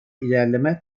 ilerleme